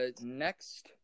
next